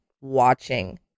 watching